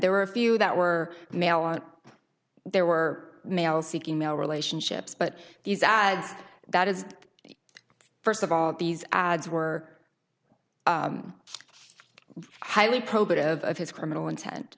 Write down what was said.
there were a few that were male and there were male seeking male relationships but these ads that is first of all these ads were highly probative of his criminal intent